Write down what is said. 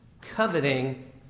coveting